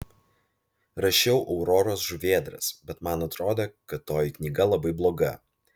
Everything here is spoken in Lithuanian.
rašiau auroros žuvėdras bet man atrodė kad toji knyga labai bloga